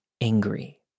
angry